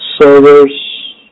servers